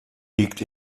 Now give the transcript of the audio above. biegt